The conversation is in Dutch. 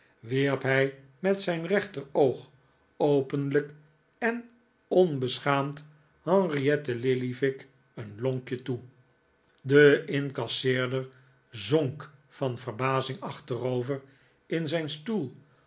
wierp hij met zijn rechteroog openlijk en onmijnheer lillyvick is vertoornd beschaamd henriette lillyvick een lonkje toe de incasseerder zonk van verbazing achterover in zijn stoel